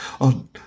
on